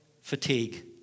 fatigue